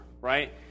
right